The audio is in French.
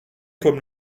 comme